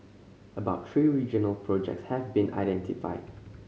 about three regional projects have been identified